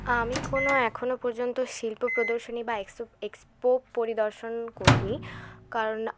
আমি কোনো এখনো পর্যন্ত শিল্প প্রদর্শনী বা এক্সো এক্সপো পরিদর্শন করিনি কারণ